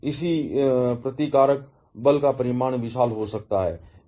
तो इसी प्रतिकारक बल का परिमाण विशाल हो सकता है